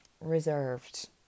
reserved